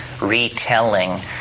retelling